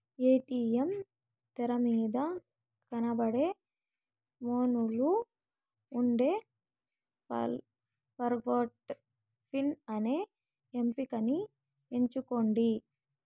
ATM తెరమీద కనబడే మెనూలో ఉండే ఫర్గొట్ పిన్ అనే ఎంపికని ఎంచుకోండి